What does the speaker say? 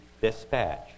dispatch